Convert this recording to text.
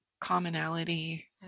commonality